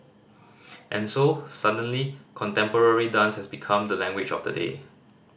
and so suddenly contemporary dance has become the language of the day